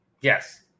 Yes